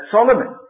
Solomon